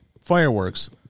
fireworks